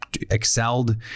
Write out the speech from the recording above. excelled